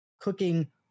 cooking